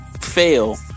fail